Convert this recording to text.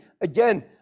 again